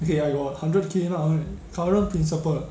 okay I got hundred K lah current principle